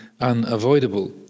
unavoidable